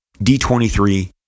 D23